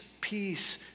peace